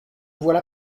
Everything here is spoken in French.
voilà